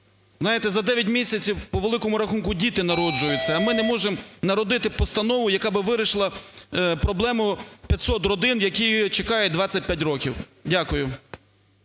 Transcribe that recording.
Знаєте, за 9 місяців, по великому рахунку, діти народжуються. А ми не можемо "народити" постанову, яка би вирішила проблему 500 родин, які чекають 25 років. Дякую.